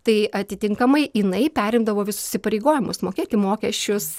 tai atitinkamai jinai perimdavo visus įsipareigojimus mokėti mokesčius